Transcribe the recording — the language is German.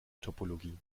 topologie